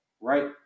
Right